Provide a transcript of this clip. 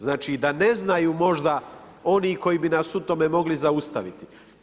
Znači da ne znaju možda oni koji bi nas u tome mogli zaustaviti.